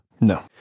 No